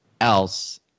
else